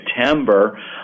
September